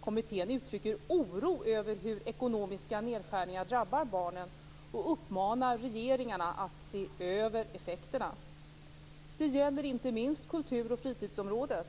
Kommittén uttrycker oro över hur ekonomiska nedskärningar drabbar barnen och uppmanar regeringen att se över effekterna. Det gäller inte minst kultur och fritidsområdet.